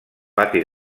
pati